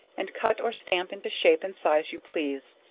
and cut or stamp into shape and size you please,